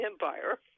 empire